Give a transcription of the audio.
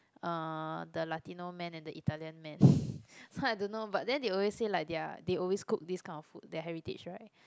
uh the Latino man and the Italian man so I don't know but then they always say like they are they always cook this kind of food their heritage right